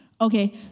Okay